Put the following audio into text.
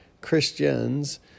Christians